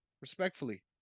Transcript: respectfully